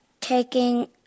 taking